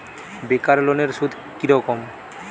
বেকার লোনের সুদ কি রকম?